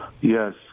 Yes